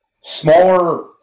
Smaller